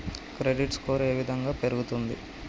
Credit score ఏ విధంగా పెరుగుతుంది?